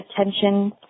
attention